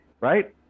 right